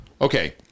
Okay